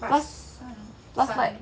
because last night